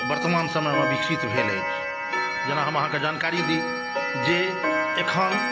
वर्तमान समयमे विकसित भेल अछि जेना हम अहाँके जानकारी दी जे एखन